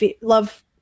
love